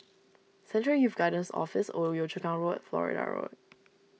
Central Youth Guidance Office Old Yio Chu Kang Road Florida Road